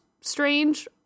strange